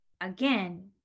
again